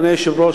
אדוני היושב-ראש,